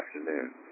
afternoon